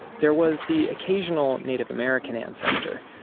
there was the occasional native american ancestor,